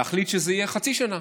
להחליט שזה יהיה חצי שנה,